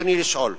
רצוני לשאול: